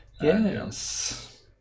yes